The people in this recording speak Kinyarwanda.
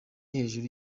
hejuru